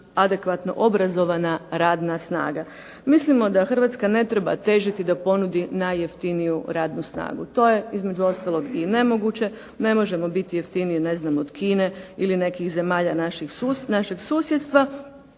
adekvatno obrazovana radna snaga. Mislimo da Hrvatska ne treba težiti da ponudi najjeftiniju radnu snagu, to je između ostalog i nemoguće. Ne možemo biti ne znam jeftinije od Kine ili nekih zemalja našeg susjedstva.